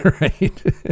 Right